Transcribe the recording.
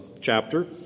chapter